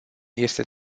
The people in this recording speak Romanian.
este